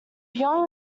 beyond